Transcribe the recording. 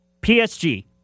PSG